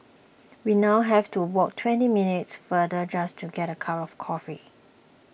we now have to walk twenty minutes farther just to get a cup of coffee